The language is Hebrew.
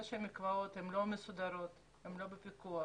זה שמקוואות לא מסודרים ולא בפיקוח